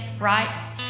right